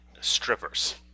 Strippers